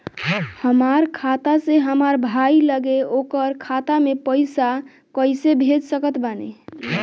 हमार खाता से हमार भाई लगे ओकर खाता मे पईसा कईसे भेज सकत बानी?